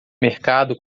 mercado